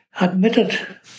admitted